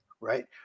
right